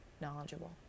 knowledgeable